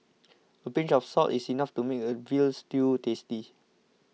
a pinch of salt is enough to make a Veal Stew tasty